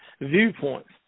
viewpoints